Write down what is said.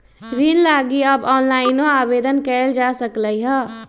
ऋण लागी अब ऑनलाइनो आवेदन कएल जा सकलई ह